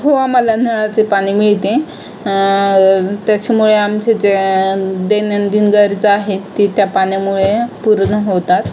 हो आम्हाला नळाचे पाणी मिळते त्याच्यामुळे आमचे ज्या दैनंदिन गरजा आहेत ते त्या पाण्यामुळे पूर्ण होतात